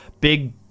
big